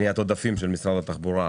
עודפים של משרד התחבורה,